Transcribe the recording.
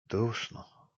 duszno